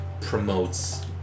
promotes